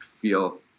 feel